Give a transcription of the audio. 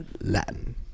Latin